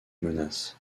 menaces